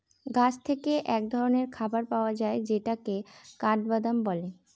গাছ থেকে এক ধরনের খাবার পাওয়া যায় যেটাকে কাঠবাদাম বলে